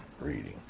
reading